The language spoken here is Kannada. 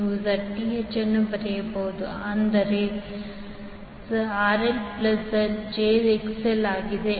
ನೀವು Zth ಅನ್ನು ಬರೆಯಬಹುದು ಆದರೆ ಅದು RL plus jXL ಆಗಿದೆ